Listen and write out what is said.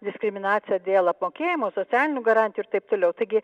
diskriminaciją dėl apmokėjimo socialinių garantijų ir taip toliau taigi